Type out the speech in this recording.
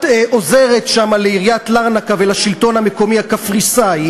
את עוזרת שם לעיריית לרנקה ולשלטון המקומי הקפריסאי